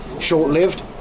short-lived